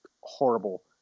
horrible